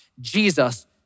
Jesus